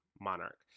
Monarch